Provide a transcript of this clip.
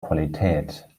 qualität